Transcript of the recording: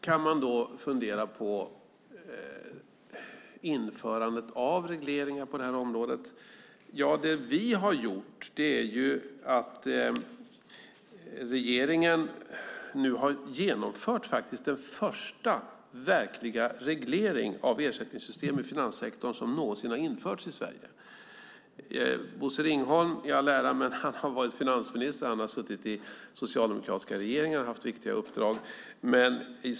Man kan fundera på införandet av regleringar på det här området. Regeringen har faktiskt genomfört den första verkliga regleringen av ersättningssystemen i finanssektorn någonsin. Bosse Ringholm i all ära, men han har varit finansminister. Han har suttit i socialdemokratiska regeringar och haft viktiga uppdrag.